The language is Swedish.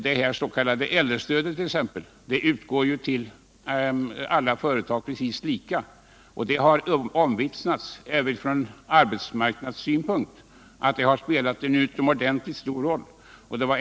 Det s.k. äldrestödet t.ex. utgår lika till alla företag, och det har omvittnats att det även från arbetsmarknadssynpunkt har spelat en utomordentligt stor roll.